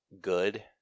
good